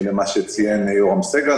למה שציין יורם סגל,